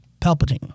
Palpatine